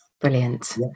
Brilliant